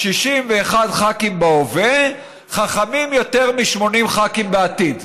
61 ח"כים בהווה, חכמים יותר מ-80 בעתיד.